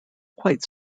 quite